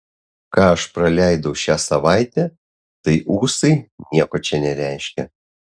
ką aš praleidau šią savaitę tai ūsai nieko čia nereiškia